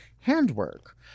handwork